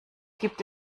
gibt